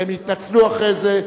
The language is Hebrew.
והם התנצלו אחרי זה.